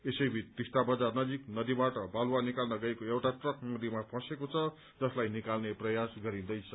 यसैबीच टिस्टा बजार नजिक नदीबाट बालुवा निकाल्न गएको एउटा ट्रक नदीमा फँसेको छ जसलाई निकाल्ने प्रयास गरिन्दैछ